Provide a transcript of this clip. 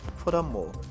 Furthermore